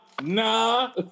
nah